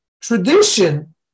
tradition